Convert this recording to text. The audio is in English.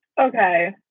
Okay